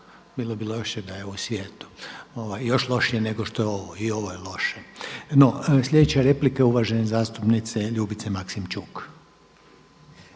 Bilo bi loše da je u svijetu, još lošije nego što je ovo. I ovo je loše. No, sljedeća replika je uvažene zastupnice Ljubice Maksimčuk.